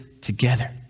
together